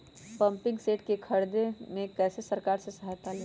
Pumping set के ख़रीदे मे कैसे सरकार से सहायता ले?